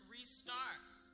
Restarts